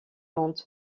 monde